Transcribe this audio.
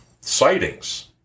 sightings